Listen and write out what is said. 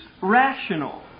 rational